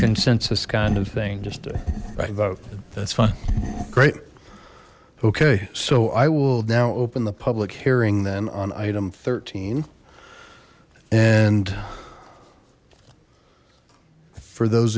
consensus kind of thing just vote that's fine great okay so i will now open the public hearing then on item thirteen and for those